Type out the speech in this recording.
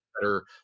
better